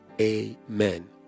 Amen